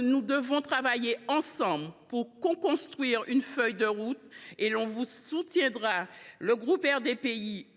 nous devons travailler ensemble pour coconstruire une feuille de route. Le groupe RDPI